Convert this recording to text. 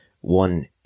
one